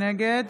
נגד